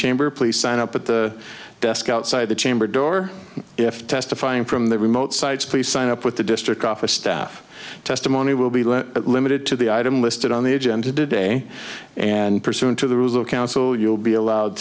chamber please sign up at the desk outside the chamber door if testifying from the remote sites please sign up with the district office staff testimony will be limited to the item listed on the agenda today and pursuant to the rules of counsel you will be allowed